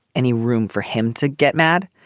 any room for him to get mad?